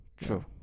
true